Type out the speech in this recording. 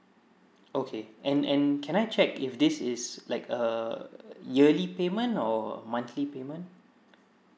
okay and and can I check if this is like a yearly payment or monthly payment